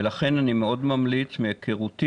ולכן אני מאוד ממליץ מהיכרותי,